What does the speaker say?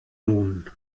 nun